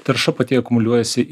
tarša pati akumuliuojasi